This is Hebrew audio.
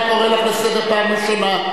אני קורא אותך לסדר פעם ראשונה.